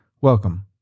Welcome